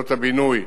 הבינוי,